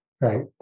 Right